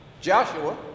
Joshua